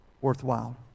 worthwhile